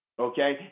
okay